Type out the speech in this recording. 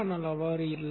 ஆனால் அவ்வாறு இல்லை